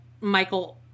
Michael